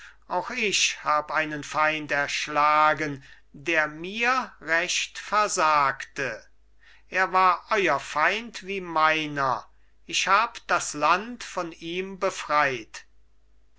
auch ich hab einen feind erschlagen der mir recht versagte er war euer feind wie meiner ich hab das land von ihm befreit